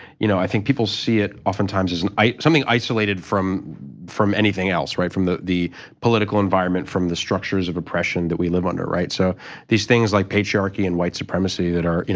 you know i think people see it oftentimes as and something isolated from from anything else, right? from the the political environment, from the structures of oppression that we live under, right? so these things like patriarchy and white supremacy that are,